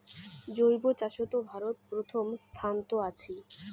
জৈব চাষত ভারত প্রথম স্থানত আছি